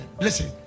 listen